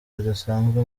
ridasanzwe